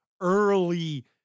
early